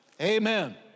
Amen